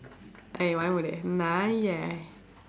eh வாய மூடு நாயே:vaaya muudu naayee